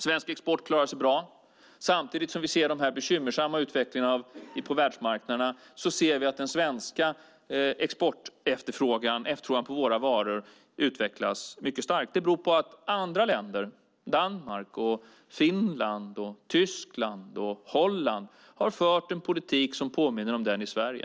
Svensk export klarar sig bra. Samtidigt som vi ser den här bekymmersamma utvecklingen på världsmarknaderna ser vi att den svenska exportefterfrågan, alltså efterfrågan på våra varor, utvecklas mycket starkt. Det beror på att andra länder - Danmark, Finland, Tyskland och Holland - har fört en politik som påminner om den i Sverige.